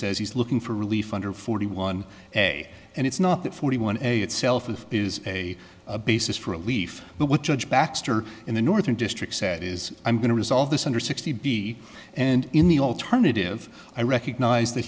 says he's looking for relief under forty one a and it's not that forty one a itself is a basis for a leaf but what judge baxter in the northern district said is i'm going to resolve this under sixty b and in the alternative i recognize that